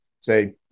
say